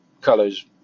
colors